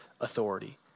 authority